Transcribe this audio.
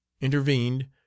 intervened